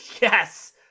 Yes